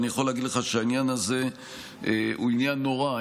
אני יכול להגיד לך שהעניין הזה הוא עניין נורא,